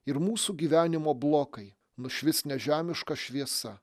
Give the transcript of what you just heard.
ir mūsų gyvenimo blokai nušvis nežemiška šviesa